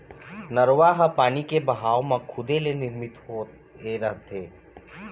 नरूवा ह पानी के बहाव म खुदे ले निरमित होए रहिथे